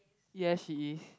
yes she is